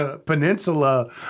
Peninsula